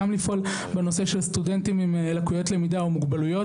גם לפעול בנושא של סטודנטים עם לקויות למידה או מוגבלויות,